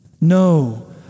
No